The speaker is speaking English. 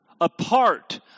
Apart